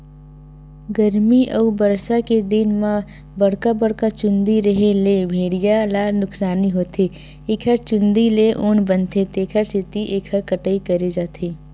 गरमी अउ बरसा के दिन म बड़का बड़का चूंदी रेहे ले भेड़िया ल नुकसानी होथे एखर चूंदी ले ऊन बनथे तेखर सेती एखर कटई करे जाथे